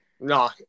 No